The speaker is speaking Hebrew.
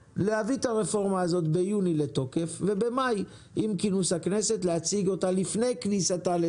הרפורמה הזאת לתוקף ביוני ובמאי עם כינוס הכנסת להציג אותה להערות.